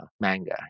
manga